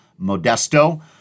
Modesto